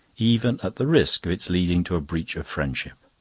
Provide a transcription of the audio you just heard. even at the risk of its leading to a breach of friendship.